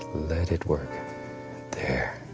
let it work there.